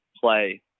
play